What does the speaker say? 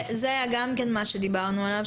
גם על זה דיברנו.